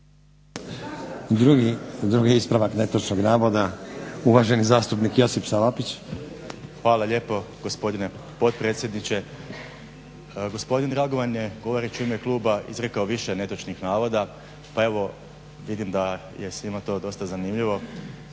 Drugi ispravak netočnog navoda uvaženi zastupnik Josip Salapić. **Salapić, Josip (HDZ)** Hvala lijepo gospodine potpredsjedniče. Gospodin Dragovan je govoreći u ime kluba izrekao više netočnih navoda, pa evo vidim da je svima to dosta zanimljivo.